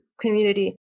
community